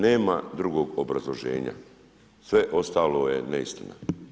Nema drugog obrazloženja, sve ostalo je neistina.